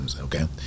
okay